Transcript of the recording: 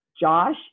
Josh